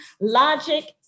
Logic